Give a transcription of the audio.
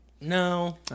No